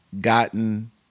gotten